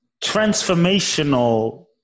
transformational